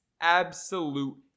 absolute